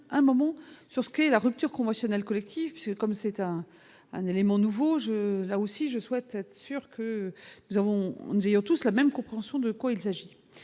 un moment sur ce qu'est la rupture conventionnelle collective comme c'était un élément nouveau jeu- là aussi je souhaite être sûrs que nous avons nous ayant tous la même compréhension de quoi il s'agit,